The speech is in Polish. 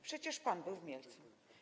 Przecież pan był w Mielcu.